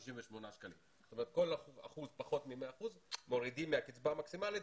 כל אחוז פחות מ-100% מורידים מהקצבה המקסימלית